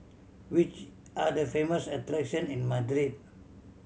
which are the famous attraction in Madrid